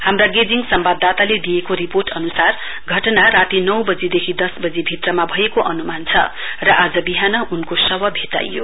हाम्रा गेजिङ सम्वाददाताले दिएको रिपोर्ट अनुसार घटना राती नौ वजी देखि दस वजी भित्रमा भएको अनुमान छ र आज विहान उनको शव भेटाइयो